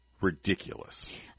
ridiculous